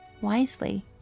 wisely